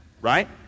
Right